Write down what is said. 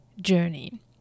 journey